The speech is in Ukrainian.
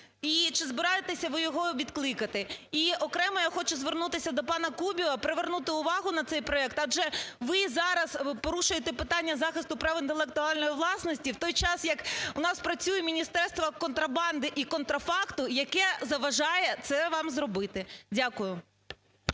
чи збираєтеся ви його відкликати? І окремо я хочу звернутися до пана Кубіва, привернути увагу на цей проект, адже ви зараз порушуєте питання захисту прав інтелектуальної власності в той час, як у нас працює Міністерство контрабанди і контрафакту, яке заважає це вам зробити. Дякую.